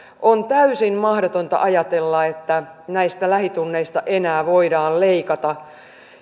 on täysin mahdotonta ajatella että näistä lähitunneista enää voidaan leikata